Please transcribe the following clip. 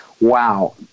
wow